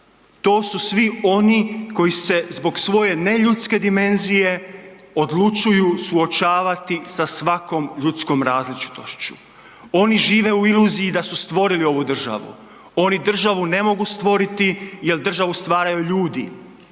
To su svi oni koji se zbog svoje neljudske dimenzije odlučuju suočavati sa svakom ljudskom različitošću. Oni žive u iluziji da su stvorili ovi državu. Oni državu ne mogu stvoriti jel državu stvaraju ljudi.